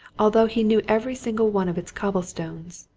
although he knew every single one of its cobblestones,